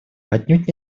отнюдь